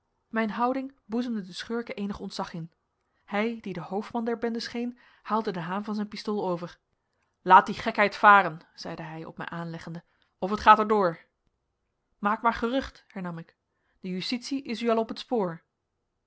mijn houding boezemde den schurken eenig ontzag in hij die de hoofdman der bende scheen haalde den haan van zijn pistool over laat die gekheid varen zeide hij op mij aanleggende of het gaat er door maak maar gerucht hernam ik de justitie is u al op t spoor